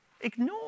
ignore